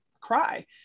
cry